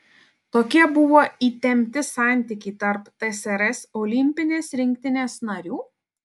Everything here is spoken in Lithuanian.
tokie buvo įtempti santykiai tarp tsrs olimpinės rinktinės narių